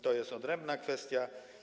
To jest odrębna kwestia.